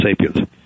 sapiens